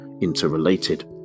interrelated